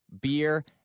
beer